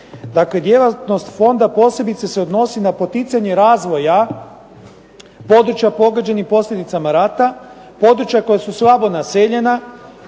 Dakle djelatnost fonda posebice se odnosi na poticanje razvoja područja pogođenim posljedicama rata, područja koja su slabo naseljena,